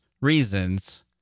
reasons